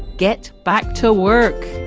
get back to work